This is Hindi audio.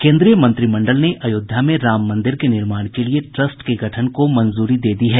केन्द्रीय मंत्रिमंडल ने अयोध्या में राम मंदिर के निर्माण के लिये ट्रस्ट के गठन को मंजूरी दे दी है